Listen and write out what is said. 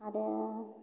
आरो